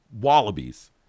wallabies